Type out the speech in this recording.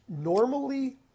normally